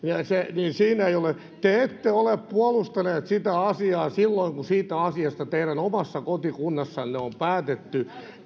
te ette ole puolustaneet sitä asiaa silloin kun siitä asiasta teidän omassa kotikunnassanne on päätetty